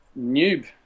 noob